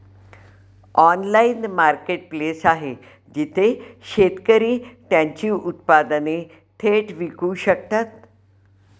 Online marketplace आहे जिथे शेतकरी त्यांची उत्पादने थेट विकू शकतात?